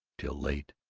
till late.